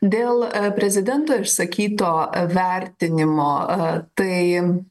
dėl prezidento išsakyto vertinimo tai